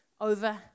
over